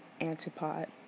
Antipod